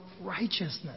righteousness